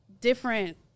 different